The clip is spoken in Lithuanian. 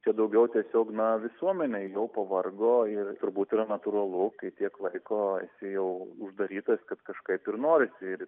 čia daugiau tiesiog na visuomenei jau pavargo ir turbūt yra natūralu kai tiek laiko esi jau uždarytas kad kažkaip ir norisi ir